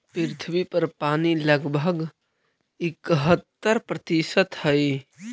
पृथ्वी पर पानी लगभग इकहत्तर प्रतिशत हई